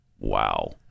Wow